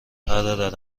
برادر